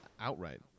outright